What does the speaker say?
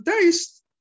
taste